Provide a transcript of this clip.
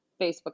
Facebook